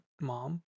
mom